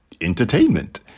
entertainment